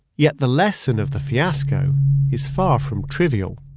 yet the lesson of the fiasco is far from trivial.